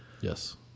Yes